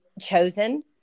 chosen